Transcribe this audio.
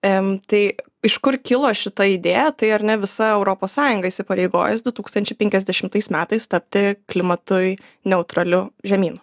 em tai iš kur kilo šita idėja tai ar ne visa europos sąjunga įsipareigojus du tūkstančiai penkiasdešimtais metais tapti klimatui neutraliu žemynu